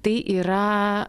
tai yra